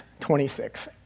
26